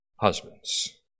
husbands